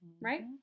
right